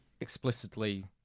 explicitly